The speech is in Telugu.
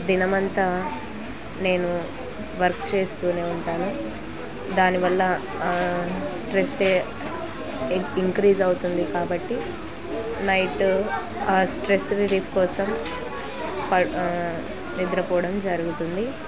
దినం అంతా నేను వర్క్ చేస్తు ఉంటాను దానివల్ల స్ట్రెస్ ఇంక్రీజ్ అవుతుంది కాబట్టి నైట్ ఆ స్ట్రెస్ రిలీఫ్ కోసం ప నిద్రపోవడం జరుగుతుంది